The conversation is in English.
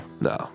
No